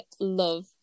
love